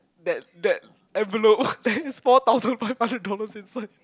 that that envelope there is four thousand five hundred dollars inside